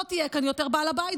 לא תהיה כאן יותר בעל הבית.